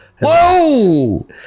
whoa